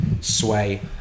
sway